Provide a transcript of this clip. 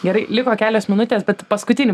gerai liko kelios minutės bet paskutinį